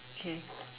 okay